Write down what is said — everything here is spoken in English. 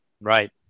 Right